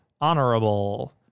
honorable